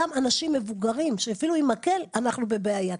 גם אנשים מבוגרים, אפילו עם מקל אנחנו בבעיה.